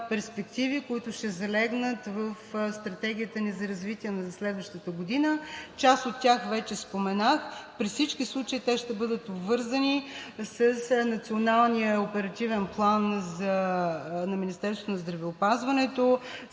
перспективи, които ще залегнат в Стратегията ни за развитие за следващата година. Част от тях вече споменах. При всички случаи те ще бъдат обвързани с Националния оперативен план на Министерството на здравеопазването,